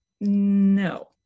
No